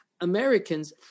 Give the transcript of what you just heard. Americans